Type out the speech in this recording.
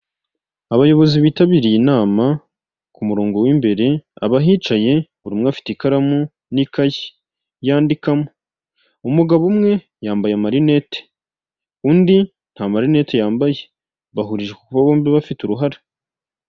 Abayobozi bitabiriye inama, ku murongo w'imbere abahicaye buri umwe afite ikaramu n'ikayi yandikamo, umugabo umwe yambaye amarinete undi nta marinete yambaye, bahurije ku kuba bombi bafite uruhare.